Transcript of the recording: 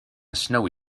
snowy